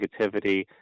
negativity